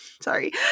sorry